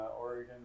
Oregon